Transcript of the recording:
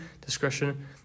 discretion